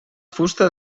fusta